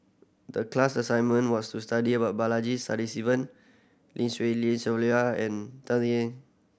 the class assignment was to study about Balaji Sadasivan Lim Swee Lian Sylvia and Dan Ying